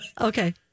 Okay